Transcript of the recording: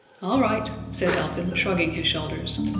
all right, said elfin, shrugging his shoulders.